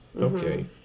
okay